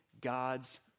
God's